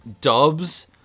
dubs